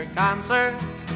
concerts